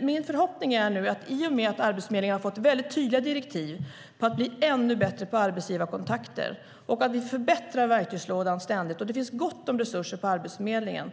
Min förhoppning är att ännu färre ungdomar ska bli långtidsarbetslösa i och med att arbetsförmedlingen har fått väldigt tydliga direktiv att bli ännu bättre på arbetsgivarkontakter, att vi förbättrar verktygslådan ständigt och att det finns gott om resurser på Arbetsförmedlingen.